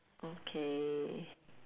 okay